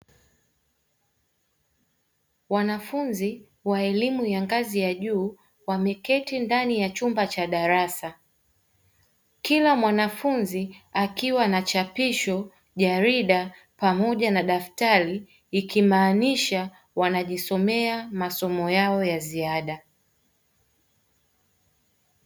Wanafunzi wa elimu ya ngazi ya juu wameketi ndani ya chumba cha darasa. Kila mwanafunzi akiwa na chapisho, jarida pamoja na daftari; ikimaanisha wanajisomea masomo yao ya ziada.